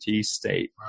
state